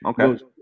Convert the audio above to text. Okay